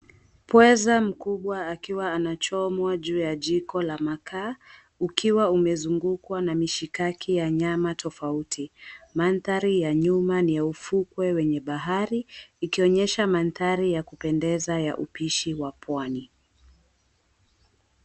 Pweza mkubwa akiwa anachomwa juu ya jiko la makaa ukiwa umezungukwa na mishikaki ya nyama tofauti. Mandhari ya nyuma ni ya ufukwe wenye bahari ikionyesha mandhari ya kupendeza ya upishi wa pwani.